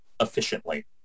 efficiently